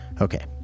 Okay